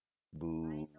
boo